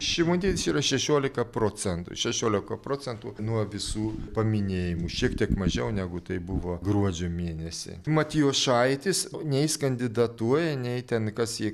šimonytės yra šešiolika procentų šešiolika procentų nuo visų paminėjimų šiek tiek mažiau negu tai buvo gruodžio mėnesį matijošaitis nei jis kandidatuoja nei ten kas jį